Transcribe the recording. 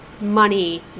money